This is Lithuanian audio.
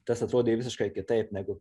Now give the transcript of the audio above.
tas atrodė visiškai kitaip negu